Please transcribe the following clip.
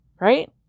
right